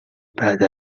بعد